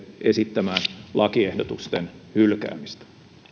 esittämään lakiehdotusten hylkäämistä